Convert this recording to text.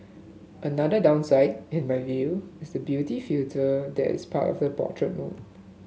another downside in my view is the beauty filter that is part of the portrait mode